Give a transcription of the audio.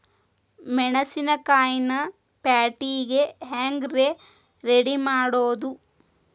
ಮೆಣಸಿನಕಾಯಿನ ಪ್ಯಾಟಿಗೆ ಹ್ಯಾಂಗ್ ರೇ ರೆಡಿಮಾಡೋದು?